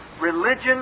Religion